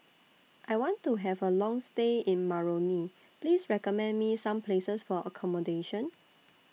I want to Have A Long stay in Moroni Please recommend Me Some Places For accommodation